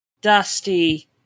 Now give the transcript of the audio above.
Dusty